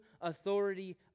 authority